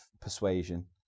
persuasion